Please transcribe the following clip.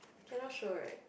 cannot show right